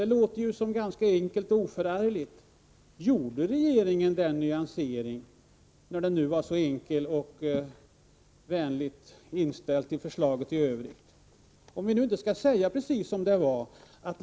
Det låter ju ganska oförargligt. Gjorde regeringen denna nyansering, när den nu var så enkel att åstadkomma och lagrådet var vänligt inställt till förslaget i övrigt? Skall vi inte säga precis som det var?